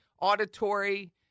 auditory